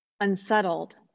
unsettled